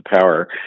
power